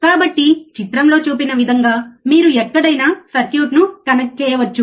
కాబట్టి చిత్రంలో చూపిన విధంగా మీరు ఎక్కడైనా సర్క్యూట్ను కనెక్ట్ చేయవచ్చు